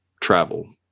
travel